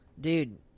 Dude